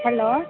hello